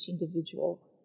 individual